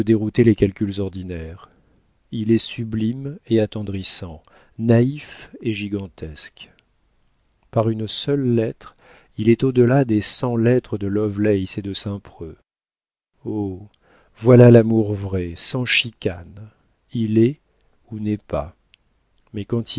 dérouter les calculs ordinaires il est sublime et attendrissant naïf et gigantesque par une seule lettre il est au delà des cent lettres de lovelace et de saint-preux oh voilà l'amour vrai sans chicanes il est ou n'est pas mais quand il